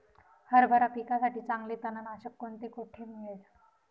हरभरा पिकासाठी चांगले तणनाशक कोणते, कोठे मिळेल?